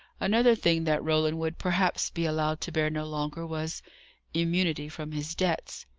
another thing that roland would perhaps be allowed to bear no longer was immunity from his debts.